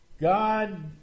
God